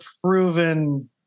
proven